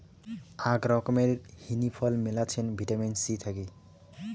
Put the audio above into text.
আক রকমের হিনি ফল মেলাছেন ভিটামিন সি থাকি